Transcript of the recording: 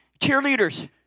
cheerleaders